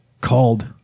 called